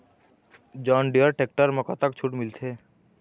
John Deere tractor म कतक छूट मिलथे?